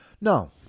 No